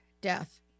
death